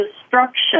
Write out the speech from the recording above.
destruction